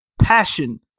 passion